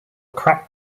cracked